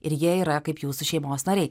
ir jie yra kaip jūsų šeimos nariai